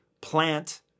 plant